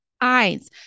eyes